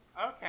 okay